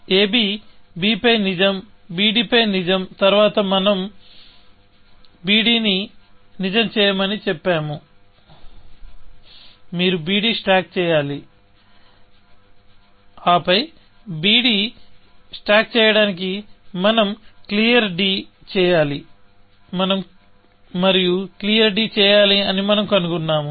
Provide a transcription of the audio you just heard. ab b పై నిజం bd పై నిజం తరువాత మనం bd ని నిజం చేయమని చెప్పాము మీరు bd స్టాక్ చేయాలి ఆపై bd స్టాక్ చేయడానికి మనం క్లియర్ చేయాలి మరియు క్లియర్ చేయాలి అని మనం కనుగొన్నాము